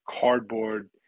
cardboard